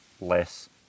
less